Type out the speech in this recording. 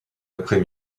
après